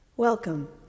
Welcome